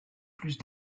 plus